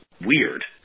weird